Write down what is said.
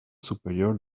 superior